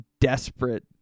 desperate